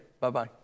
Bye-bye